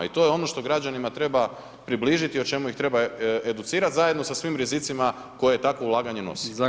I to je ono što građanima treba približiti i o čemu ih treba educirati, zajedno sa svim rizicima koje takvo ulaganje nosi.